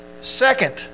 second